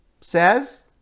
says